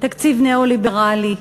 תקציב ניאו-ליברלי,